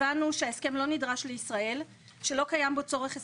הבנו שההסכם לא נדרש לישראל ושלא קיים בו צורך אסטרטגי,